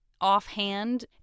offhand